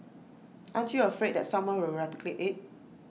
aren't you afraid that someone will replicate IT